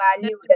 value